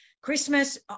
Christmas